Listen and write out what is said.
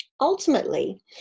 Ultimately